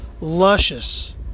luscious